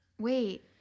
Wait